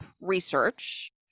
research